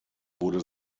wurde